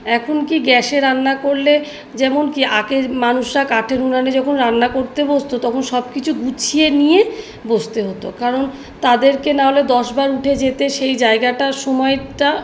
এখন কি গ্যাসে রান্না করলে যেমন কি আগে মানুষরা কাঠের উনানে যখন রান্না করতে বসত তখন সব কিছু গুছিয়ে নিয়ে বসতে হতো কারণ তাদেরকে নাহলে দশবার উঠে যেতে সেই জায়গাটার সময়টা